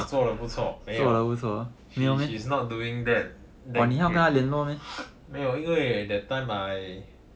做得不错没有 she's she's not doing that that great 没有因为 that time I